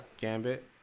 Gambit